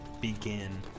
begin